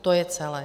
To je celé.